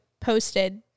posted